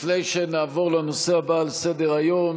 לפני שנעבור לנושא הבא על סדר-היום,